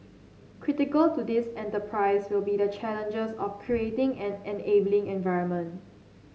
critical to this enterprise will be the challenges of creating an enabling environment